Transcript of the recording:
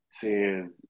seeing